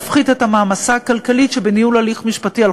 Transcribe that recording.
יפחית את המעמסה הכלכלית שבניהול הליך משפטי על